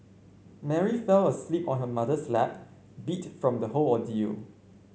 Mary fell asleep on her mother's lap beat from the whole ordeal